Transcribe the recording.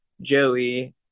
joey